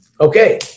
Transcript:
okay